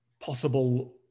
possible